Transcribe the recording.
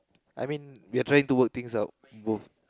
I mean we are trying to work things out both